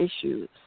issues